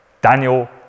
Daniel